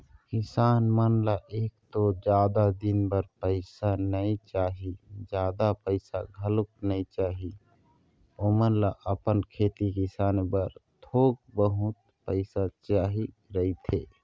किसान मन ल एक तो जादा दिन बर पइसा नइ चाही, जादा पइसा घलोक नइ चाही, ओमन ल अपन खेती किसानी बर थोक बहुत पइसा चाही रहिथे